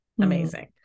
Amazing